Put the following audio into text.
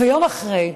יום אחרי,